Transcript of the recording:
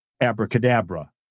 abracadabra